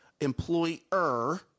employer